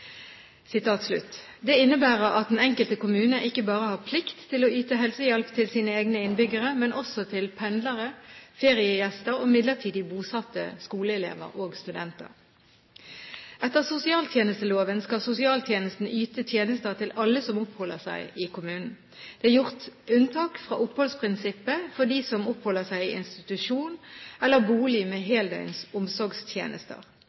Det innebærer at den enkelte kommune ikke bare har plikt til å yte helsehjelp til sine egne innbyggere, men også til pendlere, feriegjester og midlertidig bosatte skoleelever og studenter. Etter sosialtjenesteloven skal sosialtjenesten yte tjenester til alle som oppholder seg i kommunen. Det er gjort unntak fra oppholdsprinsippet for dem som oppholder seg i institusjon eller bolig med